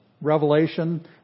revelation